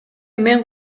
мен